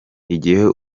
igihe